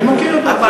אני מכיר אותו.